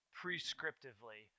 prescriptively